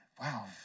Wow